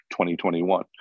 2021